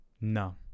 No